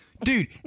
Dude